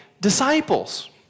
disciples